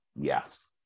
Yes